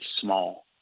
small